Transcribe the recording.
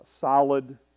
Solid